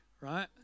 right